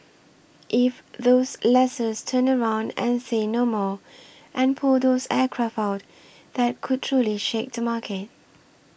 if those lessors turn around and say 'no more' and pull those aircraft out that could truly shake the market